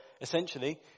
essentially